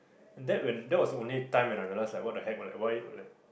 that when that was the only time when I realised like what the heck like why